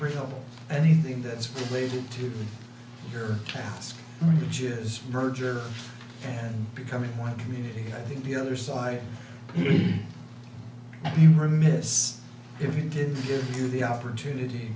bring up anything that related to your task which is merger and becoming one community i think the other side you were missed if you didn't give you the opportunity